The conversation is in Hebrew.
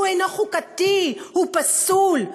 הוא אינו חוקתי והוא פסול.